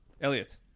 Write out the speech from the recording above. Elliot